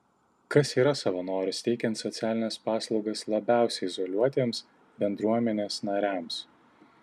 kas yra savanoris teikiant socialines paslaugas labiausiai izoliuotiems bendruomenės nariams